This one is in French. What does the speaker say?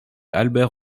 albert